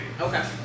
Okay